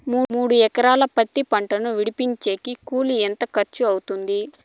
మూడు ఎకరాలు పత్తి పంటను విడిపించేకి కూలి ఎంత ఖర్చు అవుతుంది?